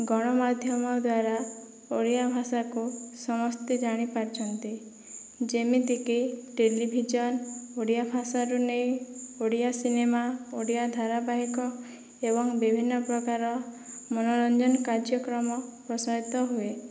ଗଣମାଧ୍ୟମ ଦ୍ୱାରା ଓଡ଼ିଆ ଭାଷାକୁ ସମସ୍ତେ ଜାଣିପାରିଛନ୍ତି ଯେମିତି କି ଟେଲିଭିଜନ ଓଡ଼ିଆ ଭାଷାରୁ ନେଇ ଓଡ଼ିଆ ସିନେମା ଓଡ଼ିଆ ଧାରାବାହିକ ଏବଂ ବିଭିନ୍ନ ପ୍ରକାର ମନୋରଞ୍ଜନ କାର୍ଯ୍ୟକ୍ରମ ପ୍ରସାରିତ ହୁଏ